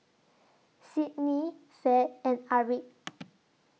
Sydni Fed and Aric